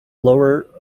lower